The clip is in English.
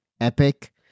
epic